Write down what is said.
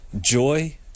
joy